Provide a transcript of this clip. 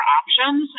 options